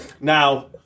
Now